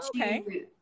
okay